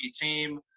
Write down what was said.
team